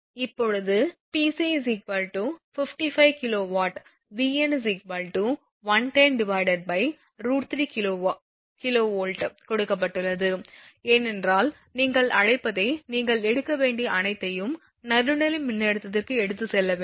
இப்போது Pc 55 kW Vn 110 √3kV கொடுக்கப்பட்டுள்ளது ஏனென்றால் நீங்கள் அழைப்பதை நீங்கள் எடுக்க வேண்டிய அனைத்தையும் நடுநிலை மின்னழுத்தத்திற்கு எடுத்துச் செல்ல வேண்டும்